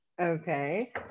Okay